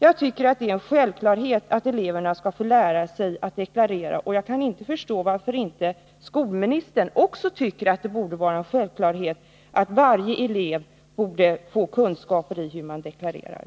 Jag tycker det är en självklarhet att eleverna skall få lära sig att deklarera, och jag kan inte förstå varför inte också skolministern tycker att det borde vara en självklarhet att varje elev får kunskaper i hur man deklarerar.